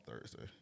Thursday